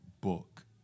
book